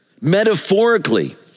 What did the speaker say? metaphorically